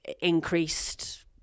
increased